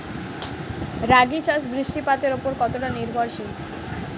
রাগী চাষ বৃষ্টিপাতের ওপর কতটা নির্ভরশীল?